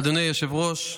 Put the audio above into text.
אדוני היושב-ראש,